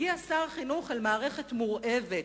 הגיע שר חינוך אל מערכת מורעבת,